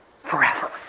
forever